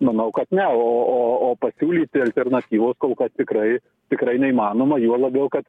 manau kad ne o o o pasiūlyti alternatyvos kol kas tikrai tikrai neįmanoma juo labiau kad